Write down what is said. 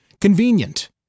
Convenient